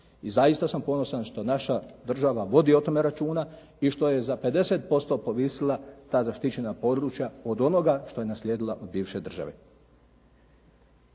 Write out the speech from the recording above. I zaista sam ponosan što naša država vodi o tome računa i što je za 50% povisila ta zaštićena područja od onoga što je naslijedila od bivše države.